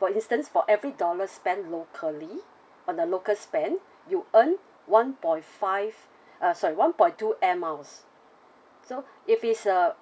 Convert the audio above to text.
for instance for every dollar spent locally on the locals spend you earn one point five uh sorry one point two air miles so if it's a